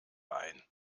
ein